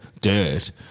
dirt